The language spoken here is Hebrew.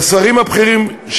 לשרים הבכירים,